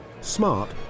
Smart